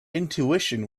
intuition